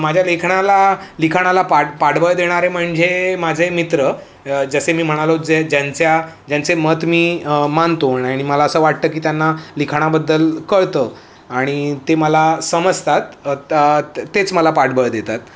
माझ्या लिखाणाला लिखाणाला पाठ पाठबळ देणारे म्हणजे माझे मित्र जसे मी म्हणालो जे ज्यांच्या ज्यांचे मत मी मानतो आणि मला असं वाटतं की त्यांना लिखाणाबद्दल कळतं आणि ते मला समजतात तेच मला पाठबळ देतात